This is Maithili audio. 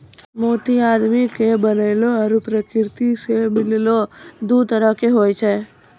मोती आदमी के बनैलो आरो परकिरति सें मिललो दु तरह के होय छै